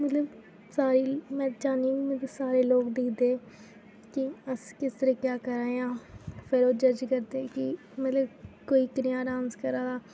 मतलब सारी में चाह्न्नीं आं में सारी सारे लोग दिक्खदे कि अस किस तरीकै दा करा दे आं फिर ओह् जज करदे कि मतलब कोई कनेहा डांस करा दा